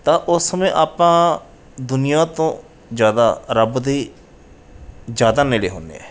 ਤਾਂ ਉਸ ਸਮੇਂ ਆਪਾਂ ਦੁਨੀਆ ਤੋਂ ਜ਼ਿਆਦਾ ਰੱਬ ਦੇ ਜ਼ਿਆਦਾ ਨੇੜੇ ਹੁੰਦੇ ਹੈ